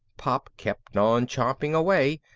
pop kept on chomping away,